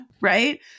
right